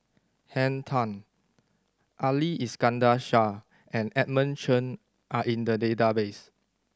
Henn Tan Ali Iskandar Shah and Edmund Chen are in the database